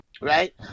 Right